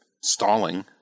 stalling